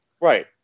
Right